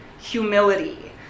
humility